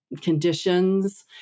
conditions